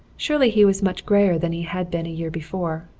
surely he was much grayer than he had been a year before.